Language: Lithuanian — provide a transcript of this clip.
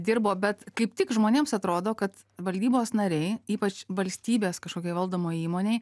dirbo bet kaip tik žmonėms atrodo kad valdybos nariai ypač valstybės kažkokioj valdomoj įmonėj